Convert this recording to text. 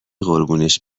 قربونش